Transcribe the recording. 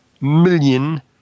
million